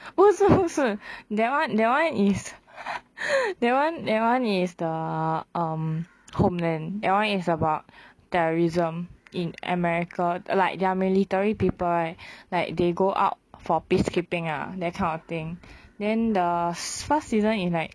不是不是 that [one] that [one] is that [one] that [one] is the um homeland that [one] is about terrorism in america like their military people right like they go out for peacekeeping ah that kind of thing then the first season is like